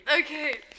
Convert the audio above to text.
Okay